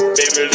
Baby